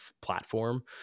platform